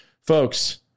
Folks